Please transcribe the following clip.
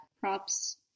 Props